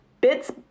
bits